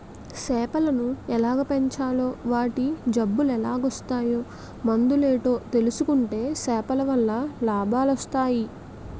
సేపలను ఎలాగ పెంచాలో వాటి జబ్బులెలాగోస్తాయో మందులేటో తెలుసుకుంటే సేపలవల్ల లాభాలొస్టయి